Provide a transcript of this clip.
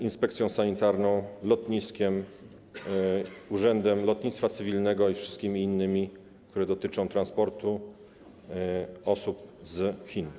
inspekcją sanitarną, lotniskiem, Urzędem Lotnictwa Cywilnego i wszystkimi innymi instytucjami dotyczących transportu osób z Chin.